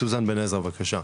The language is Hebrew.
סוזן בן עזרא בבקשה.